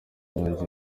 ibaruwa